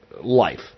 life